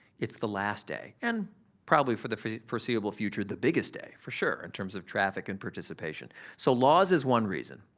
it's the last day and probably for the foreseeable future the biggest day for sure in terms of traffic and participation. so, laws is one reason,